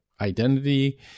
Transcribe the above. identity